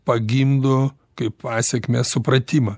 pagimdo kaip pasekmės supratimą